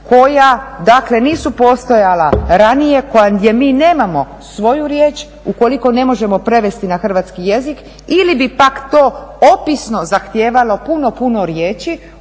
dakle nisu postojala ranije, gdje mi nemamo svoju riječ, ukoliko ne možemo prevesti na hrvatski jezik ili bi pak to opisno zahtijevalo puno, puno riječi